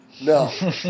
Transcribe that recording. no